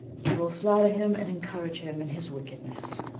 you will flatter him and encourage him in his wickedness.